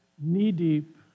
knee-deep